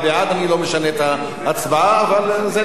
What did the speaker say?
אני לא משנה את ההצבעה אבל זה נרשם.